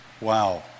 Wow